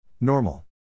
Normal